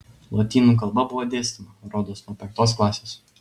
lotynų kalba buvo dėstoma rodos nuo penktos klasės